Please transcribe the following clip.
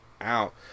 out